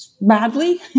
badly